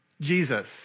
Jesus